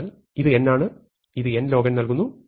അതിനാൽ ഇത് n ആണ് ഇത് n log n നൽകുന്നു